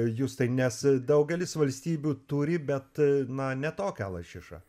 justai nes daugelis valstybių turi bet na ne tokią lašišą